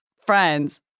friends